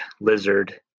lizard